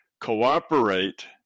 cooperate